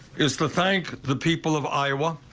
is the thank the people of iowa.